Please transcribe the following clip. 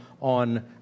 on